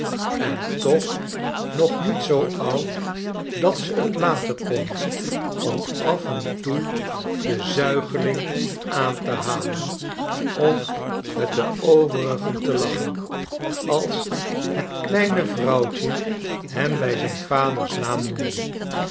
en toch nog niet zoo oud dat ze t laten kon om af en toe den zuigeling aan te halen of met de overigen te lachen als het kleine vrouwtje hem bij zijn vaders naam noemde